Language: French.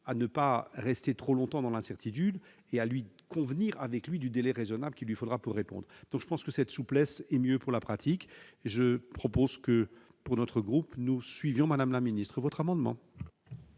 à ne pas rester trop longtemps dans l'incertitude et à lui convenir avec lui du délai raisonnable qu'il lui faudra pour répondre donc je pense que cette souplesse et mieux pour la pratique et je propose que, pour notre groupe, nous suivions, madame la ministre, votre amendement.